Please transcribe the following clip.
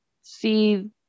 see